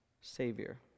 Savior